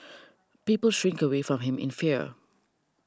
people shrink away from him in fear